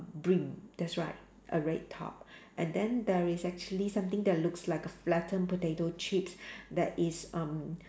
brink that's right a red top and then there is actually something that looks like a flattened potato chip that is um